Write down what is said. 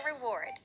reward